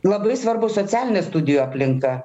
labai svarbu socialinė studijų aplinka